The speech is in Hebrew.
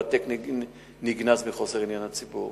והתיק נגנז מחוסר עניין לציבור,